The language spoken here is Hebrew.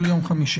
של יום חמישי.